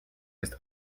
ist